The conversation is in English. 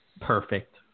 perfect